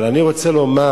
אבל אני רוצה לומר,